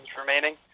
remaining